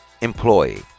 employee